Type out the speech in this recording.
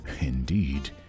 indeed